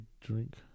drink